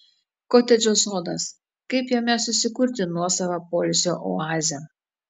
kotedžo sodas kaip jame susikurti nuosavą poilsio oazę